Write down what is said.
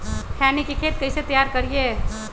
खैनी के खेत कइसे तैयार करिए?